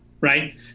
Right